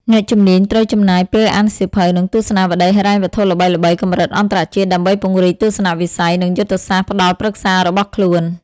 អ្នកជំនាញត្រូវចំណាយពេលអានសៀវភៅ និងទស្សនាវដ្ដីហិរញ្ញវត្ថុល្បីៗកម្រិតអន្តរជាតិ ដើម្បីពង្រីកទស្សនវិស័យ និងយុទ្ធសាស្ត្រផ្ដល់ប្រឹក្សារបស់ខ្លួន។